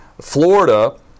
Florida